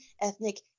ethnic